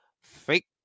fake